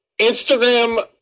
instagram